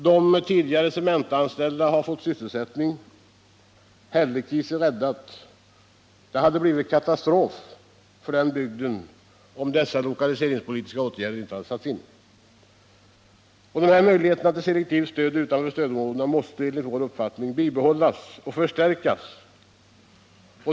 De tidigare Cementaanställda har fått sysselsättning. Hällekis är räddat. Det hade blivit katastrof för den bygden, om dessa lokaliseringspolitiska åtgärder inte hade satts in. Möjligheterna till selektivt stöd utanför stödområdena måste enligt vår uppfattning bibehållas och förstärkas.